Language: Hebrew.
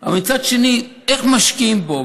אבל מצד שני איך משקיעים בו.